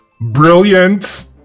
brilliant